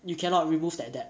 you cannot remove that debt